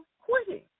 quitting